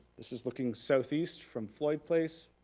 this is looking southeast from floyd place,